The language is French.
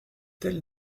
telle